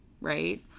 right